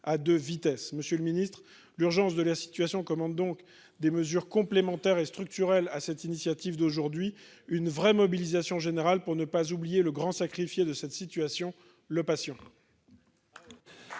à 2 vitesses, monsieur le Ministre, l'urgence de la situation commande donc des mesures complémentaires et structurelles à cette initiative d'aujourd'hui une vraie mobilisation générale pour ne pas oublier le grand sacrifié de cette situation, le patient.